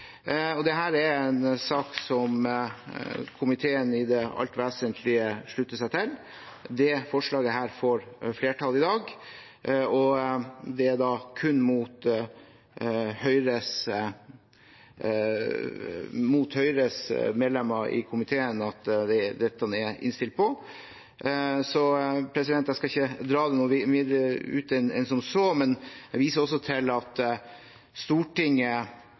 er en sak som komiteen i det alt vesentlige slutter seg til. Dette forslaget får flertall i dag. Det er kun Høyres medlemmer i komiteen som ikke er med på innstillingens forslag til vedtak, så jeg skal ikke dra det noe videre ut. Men jeg viser også til at Stortinget